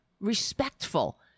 respectful